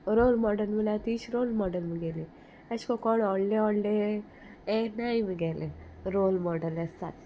role model म्हळ्यार तीच role model बी गेले एशें कोण व्होडले व्होडले हे नाय म्हुगेले रोल मॉडल आसात